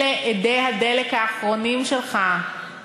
אלה אדי הדלק האחרונים שלך,